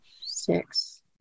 six